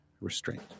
restraint